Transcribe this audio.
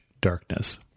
darkness